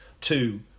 Two